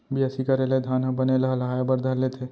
बियासी करे ले धान ह बने लहलहाये बर धर लेथे